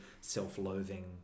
self-loathing